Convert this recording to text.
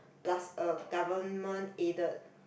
plus a government aided